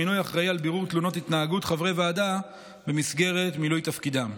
ומינוי אחראי על בירור תלונות התנהגות חברי ועדה במסגרת מילוי תפקידם.